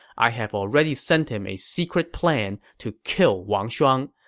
i have already sent him a secret plan to kill wang shuang.